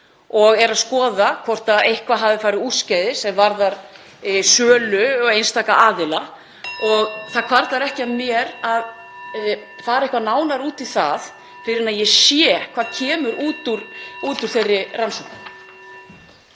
og er að skoða hvort eitthvað hafi farið úrskeiðis er varðar sölu og einstaka aðila. (Forseti hringir.) Það hvarflar ekki að mér að fara eitthvað nánar út í það fyrr en ég sé hvað kemur út úr þeirri rannsókn.